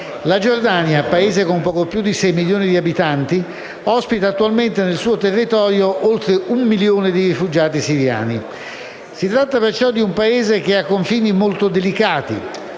La Giordania, Paese con poco più di sei milioni di abitanti, ospita attualmente nel suo territorio oltre un milione di rifugiati siriani. Si tratta perciò di un Paese che ha confini molto delicati,